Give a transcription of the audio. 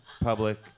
public